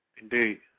Indeed